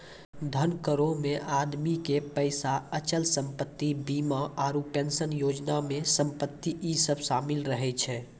धन करो मे आदमी के पैसा, अचल संपत्ति, बीमा आरु पेंशन योजना मे संपत्ति इ सभ शामिल रहै छै